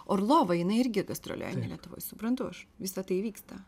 orlova jinai irgi gastroliuoja lietuvoj suprantu aš visa tai vyksta